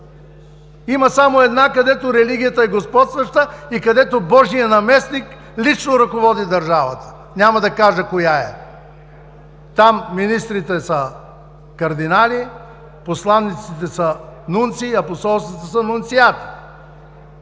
Има само една, където религията е господстваща и където божият наместник лично ръководи държавата. Няма да кажа коя е. Там министрите са кардинали, посланиците са нунции, а посолствата са нунциати.